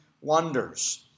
wonders